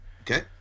Okay